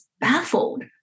baffled